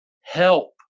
help